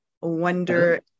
wonder